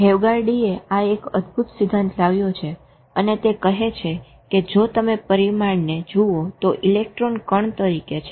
હેવગાવરીડએ આ એક અદ્ભુત સિદ્ધાંત લાવ્યો છે અને તે કહે છે કે જો તમે પરિમાણને જુઓ તો ઇલેક્ટ્રોન કણ તરીકે છે